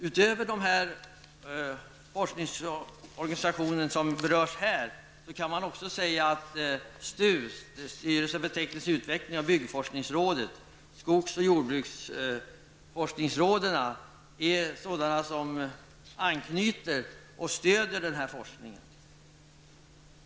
Utöver den forskningsorganisation som berörs här kan man säga att styrelsen för teknisk utveckling, byggforskningsrådet samt skogs och jordbruksforskningsråden har anknytning till och stöder den här forskningen.